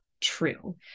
true